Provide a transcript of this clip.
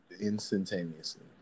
instantaneously